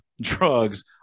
drugs